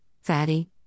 fatty